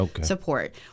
support